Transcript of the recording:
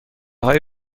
های